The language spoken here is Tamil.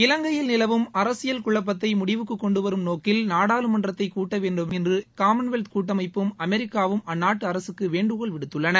இலங்கையில் நிலவும் அரசியல் குழப்பத்தை முடிவுக்குக் கொண்டு வரும் நோக்கில் நாடாளுமன்றத்தை கூட்ட வேண்டுமென்று காமன்வெல்த் கூட்டமைப்பும் அமெரிக்காவும் அந்நாட்டு அரசுக்கு வேண்டுகோள் விடுத்துள்ளன